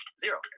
zero